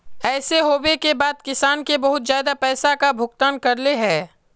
ऐसे होबे के बाद किसान के बहुत ज्यादा पैसा का भुगतान करले है?